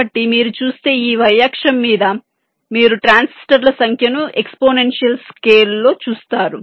కాబట్టి మీరు చూస్తే ఈ y అక్షం మీద మీరు ట్రాన్సిస్టర్ల సంఖ్యను ఎక్స్పోనెన్షియల్ స్కేల్లో చూస్తారు